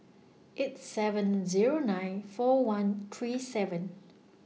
eight seven Zero nine four one three seven